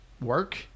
work